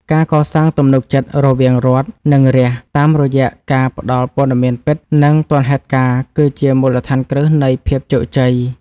ការកសាងទំនុកចិត្តរវាងរដ្ឋ និងរាស្ត្រតាមរយៈការផ្តល់ព័ត៌មានពិត និងទាន់ហេតុការណ៍គឺជាមូលដ្ឋានគ្រឹះនៃភាពជោគជ័យ។